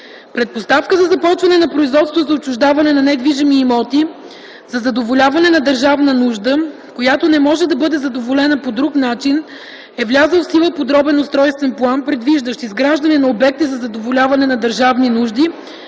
Предпоставка за започване на производството за отчуждаване на недвижими имоти за задоволяване на държавна нужда, която не може да бъде задоволена по друг начин, е влязъл в сила подробен устройствен план, предвиждащ изграждане на обекти за задоволяване на държавни нужди,